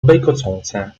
beikocące